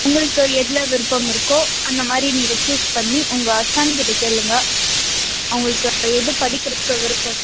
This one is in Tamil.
உங்களுக்கு எதில் விருப்பம் இருக்கோ அந்தமாதிரி நீங்கள் சூஸ் பண்ணி உங்கள் சன் கிட்டே கேளுங்கள் அவங்களுக்கு எது படிக்கிறத்துக்கு விருப்பம்